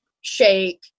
shake